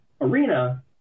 arena